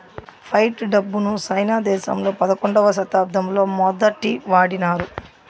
fight డబ్బును China దేశంలో పదకొండవ శతాబ్దంలో మొదటి వాడినారు